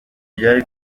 byari